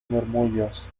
murmullos